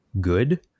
good